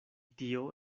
tio